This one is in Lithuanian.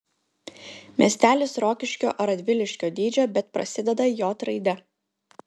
miestelis rokiškio ar radviliškio dydžio bet prasideda j raide